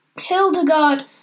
Hildegard